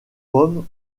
paume